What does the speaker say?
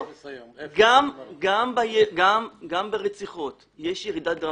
גם ברציחות יש ירידה דרמטית.